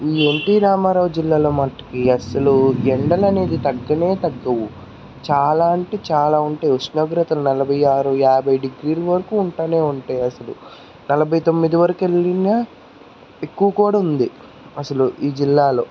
ఈ ఎన్టి రామారావు జిల్లాలో మట్కి అసలు ఎండలనేది తగ్గనే తగ్గవు చాలా అంటే చాలా ఉంటాయి ఉష్ణోగ్రతలు నలభై ఆరు యాభై డిగ్రీల వరకు ఉంటానే ఉంటాయి అసలు నలభై తొమ్మిది వరకు వెళ్లిన్నా ఎక్కువ కూడా ఉంది అసలు ఈ జిల్లాలో